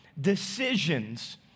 decisions